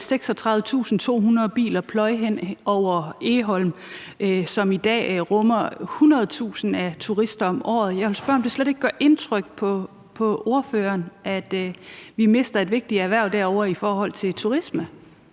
36.200 biler pløje hen over Egholm, som i dag rummer hundredtusind turister om året. Jeg vil spørge, om det slet ikke gør indtryk på ordføreren, at vi mister et vigtigt erhverv derovre i forhold til turisme.